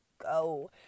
go